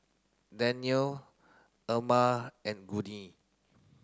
Danyell Erma and Gurney